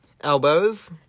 elbows